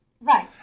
Right